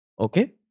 Okay